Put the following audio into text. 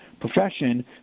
profession